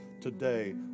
today